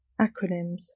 Acronyms